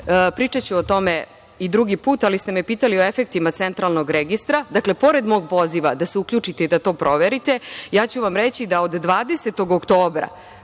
ubuduće. Pričaću o tome i drugi put, ali ste me pitali o efektima centralnog registra. Dakle, pored mog poziva da se uključite i da to proverite, ja ću vam reći da od 20. oktobra